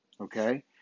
okay